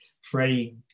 freddie